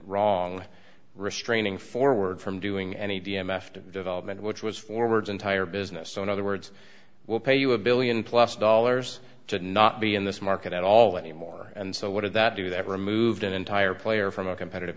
wrong restraining forward from doing any of the m f the development which was forwards entire business so in other words will pay you a one billion dollars plus dollars to not be in this market at all anymore and so what does that do that removed an entire player from a competitive